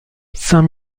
saint